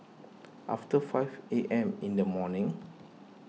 after five A M in the morning